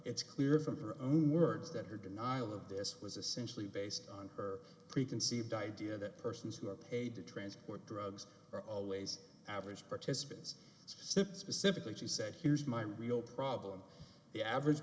it's clear from her own words that her denial of this was essentially based on her preconceived idea that persons who are paid to transport drugs are always average participants sit specifically she said here's my real problem the average